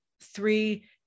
three